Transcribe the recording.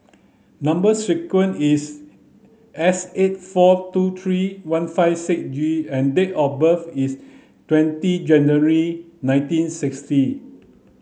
number sequence is S eight four two three one five six G and date of birth is twenty January nineteen sixty